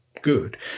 good